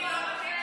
מיקי, לא מתאים לך.